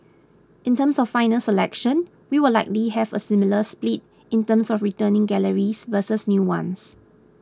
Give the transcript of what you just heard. in terms of final selection we will likely have a similar split in terms of returning galleries versus new ones